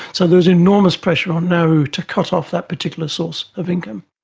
so there was enormous pressure on nauru to cut off that particular source of income.